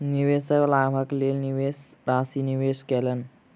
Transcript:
निवेशक लाभक लेल निवेश राशि निवेश कयलैन